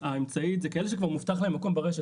האמצעית זה כאלה שכבר מובטח להם מקום ברשת,